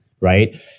right